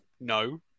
No